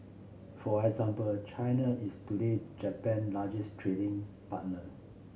for example China is today Japan largest trading partner